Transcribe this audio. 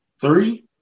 three